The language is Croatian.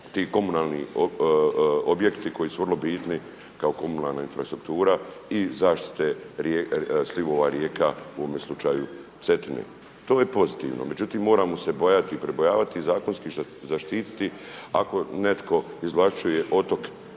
ti komunalni objekti koji su vrlo bitni kao komunalna infrastruktura i zaštite slivova rijeka u ovome slučaju Cetine. To je pozitivno. Međutim, moramo se bojati i pribojavati, zakonski zaštiti ako netko izvlašćuje otok za